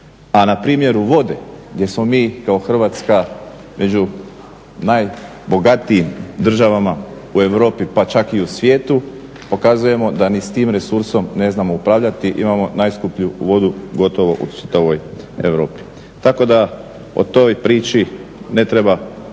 A na primjeru vode gdje smo mi kao Hrvatska među najbogatijim državama u Europi pa čak i u svijetu pokazujemo da ni s tim resursom ne znamo upravljati. Imamo najskuplju vodu gotovo u čitavoj Europi. Tako da o toj priči ne treba